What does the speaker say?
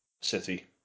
city